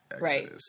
Right